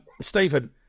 Stephen